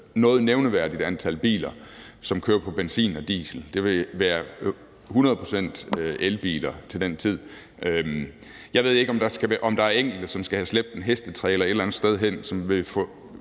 noget nævneværdigt antal biler, som kører på benzin eller diesel. Det vil være hundrede procent elbiler til den tid. Jeg ved ikke, om der er enkelte, som skal have slæbt en hestetrailer et eller andet sted hen, som stadig